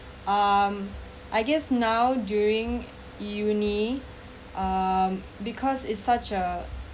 um I guess now during uni(uh)(um) because it's such a